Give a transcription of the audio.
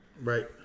Right